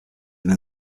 them